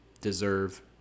deserve